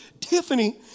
Tiffany